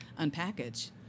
unpackage